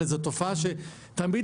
אלא זו תופעה שתמיד,